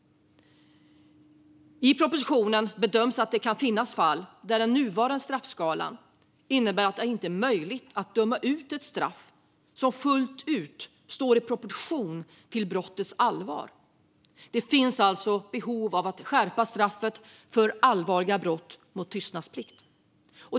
I propositionen bedöms att det kan finnas fall där den nuvarande straffskalan innebär att det inte är möjligt att döma ut ett straff som fullt ut står i proportion till brottets allvar. Det finns alltså behov av att skärpa straffet för allvarliga brott mot tystnadsplikt.